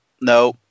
no